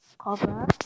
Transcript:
cover